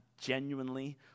genuinely